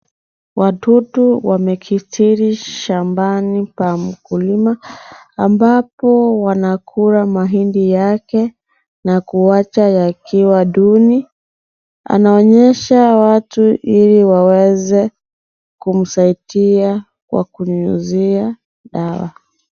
Watoto wamekithiri shambani pa mkulima ambapo, ambapo wanakula mahindi yake, na kuacha yakiwa duni, anaonyesha watu ili waweze, kumsaidia, kwa kunyuyiza dawa.